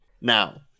Now